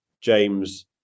james